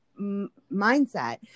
mindset